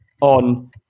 on